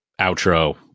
outro